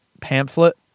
pamphlet